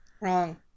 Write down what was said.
Wrong